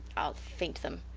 ill faint them,